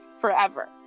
Forever